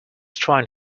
trying